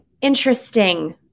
Interesting